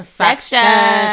section